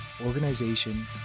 organization